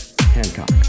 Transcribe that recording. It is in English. Hancock